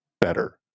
better